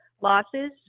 losses